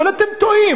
אבל אתם טועים.